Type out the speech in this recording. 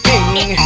King